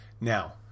Now